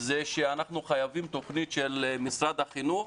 שאנחנו חייבים תוכנית של משרד החינוך,